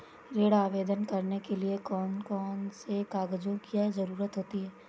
ऋण आवेदन करने के लिए कौन कौन से कागजों की जरूरत होती है?